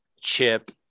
chip